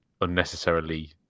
unnecessarily